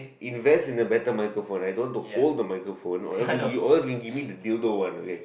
invest in a better microphone I don't want to hold the microphone or you or else you can give me the another one okay